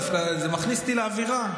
דווקא זה מכניס אותי לאווירה.